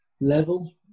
level